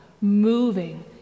moving